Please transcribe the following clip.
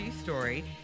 story